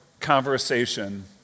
conversation